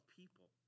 people